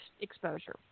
exposure